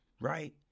right